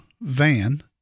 van